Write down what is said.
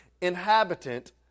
inhabitant